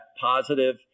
positive